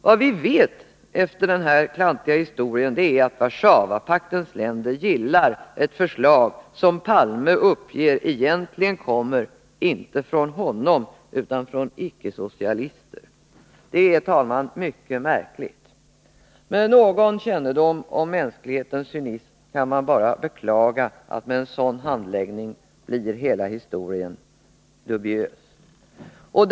Vad vi efter hela den här klantiga historien vet är att Warszawapaktens länder gillar ett förslag som enligt vad Olof Palme uppger egentligen kommer inte från honom utan från icke-socialister. Det är, herr talman, mycket märkligt. Med någon kännedom om mänsklighetens cynism inser man att hela historien med en sådan handläggning blir dubiös, vilket man bara kan beklaga.